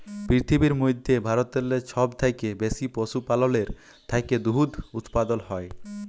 পিরথিবীর মইধ্যে ভারতেল্লে ছব থ্যাইকে বেশি পশুপাললের থ্যাইকে দুহুদ উৎপাদল হ্যয়